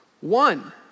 one